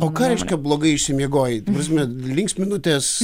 o ką reiškia blogai išsimiegojai prasme linksminotės